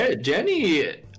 Jenny